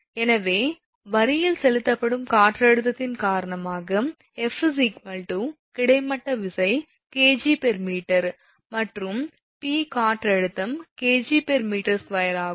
எனவே வரியில் செலுத்தப்படும் காற்றழுத்தத்தின் காரணமாக 𝐹 கிடைமட்ட விசை 𝐾𝑔𝑚 மற்றும் 𝑝 காற்றழுத்தம் 𝐾𝑔𝑚2 ஆகும்